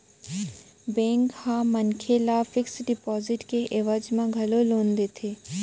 bank ह मनखे ल फिक्स डिपाजिट के एवज म घलोक लोन देथे